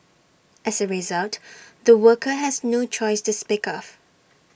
as A result the worker has no choice to speak of